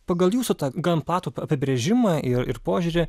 pagal jūsų gan platų apibrėžimą ir ir požiūrį